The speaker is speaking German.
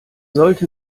sollte